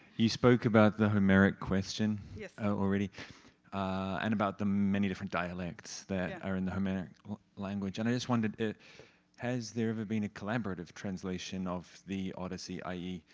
you spoke about the homeric question yeah already and about the many different dialects that are in the homeric language and i just wondered, has there ever been a collaborative translation of the odyssey, i e,